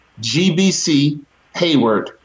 gbchayward